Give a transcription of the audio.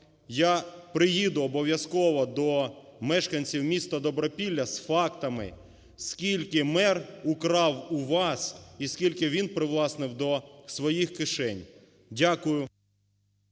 я приїду обов'язково до мешканців містаДобропілля з фактами, скільки мер украв у вас і скільки він привласнив до своїх кишень. Дякую.